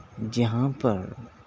جہاں پر